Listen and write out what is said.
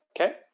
Okay